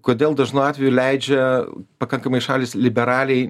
kodėl dažnu atveju leidžia pakankamai šalys liberaliai